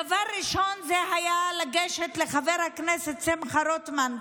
דבר ראשון זה היה לגשת לחבר הכנסת שמחה רוטמן,